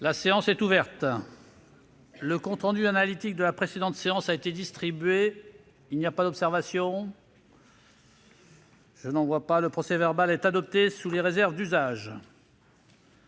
La séance est ouverte. Le compte rendu analytique de la précédente séance a été distribué. Il n'y a pas d'observation ?... Le procès-verbal est adopté sous les réserves d'usage.